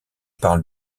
parle